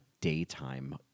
daytime